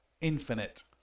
Infinite